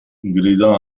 gridò